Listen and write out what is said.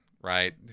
right